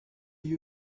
you